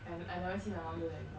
I I never see my mum do that before